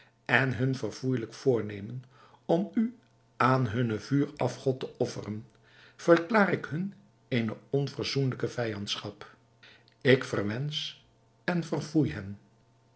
en hun verfoeijelijk voornemen om u aan hunnen vuur afgod te offeren verklaar ik hun eene onverzoenlijke vijandschap ik verwensch en verfoei hen